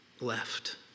left